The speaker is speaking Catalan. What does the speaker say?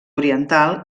oriental